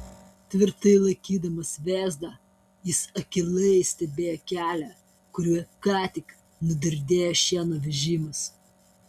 tvirtai laikydamas vėzdą jis akylai stebėjo kelią kuriuo ką tik nudardėjo šieno vežimas